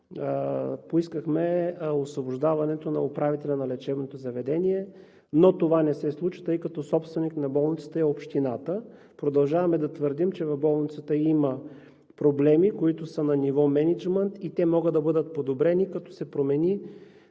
поискахме освобождаването на управителя на лечебното заведение, но това не се случи, тъй като собственик на болницата е Общината. Продължаваме да твърдим, че в болницата има проблеми, които са на ниво мениджмънт, и те могат да бъдат преодолени, като се промени